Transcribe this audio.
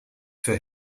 für